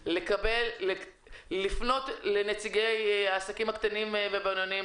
לפנות לנציגי העסקים הקטנים והבינוניים,